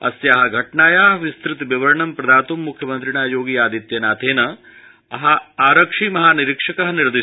अस्या घटनाया विस्तृतविवरणं प्रदातुं मुख्यमन्त्रिणा योगि आदित्यनाथेन आरक्षिमहानिरीक्षक निर्दिष्ट